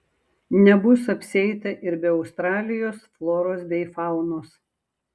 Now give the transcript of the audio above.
nebus apsieita ir be australijos floros bei faunos